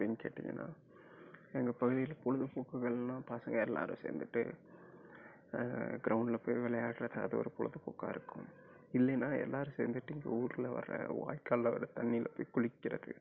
அப்படின்னு கேட்டீங்கனால் எங்கள் பகுதியில் பொழுது போக்குகள்னால் பசங்கள் எல்லாேரும் சேர்ந்துட்டு கிரௌண்ட்டில் போய் விளையாடுறது அது ஒரு பொழுது போக்காக இருக்கும் இல்லைன்னா எல்லாேரும் சேர்ந்துட்டு இங்கே ஊரில் வர்ற வாய்க்காலில் வர்ற தண்ணியில் போய் குளிக்கிறது